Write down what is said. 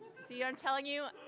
see, i'm telling you,